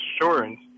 insurance